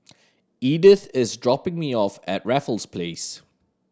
Edith is dropping me off at Raffles Place